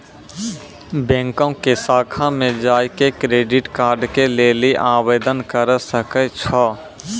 बैंको के शाखा मे जाय के क्रेडिट कार्ड के लेली आवेदन करे सकै छो